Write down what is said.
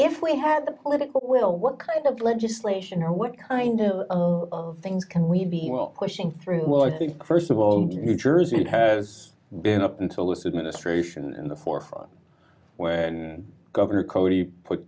if we had the political will what kind of legislation what kind of things can we be pushing through well i think first of all new jersey has been up until this administration in the forefront when governor codey put